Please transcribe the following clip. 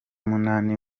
munani